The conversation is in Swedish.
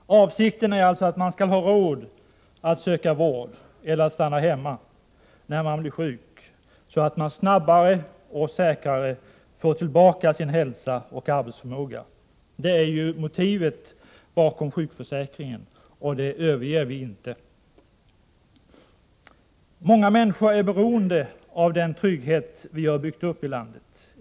Avsikten är alltså att man skall ha råd att söka vård eller att stanna hemma när man blir sjuk, så att man snabbare och säkrare får tillbaka sin hälsa och arbetsförmåga. Det är motivet bakom sjukförsäkringen och det överger vi inte. Många människor är beroende av den trygghet som vi har byggt upp i landet.